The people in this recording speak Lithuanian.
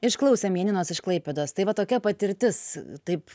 išklausėm janinos iš klaipėdos tai va tokia patirtis taip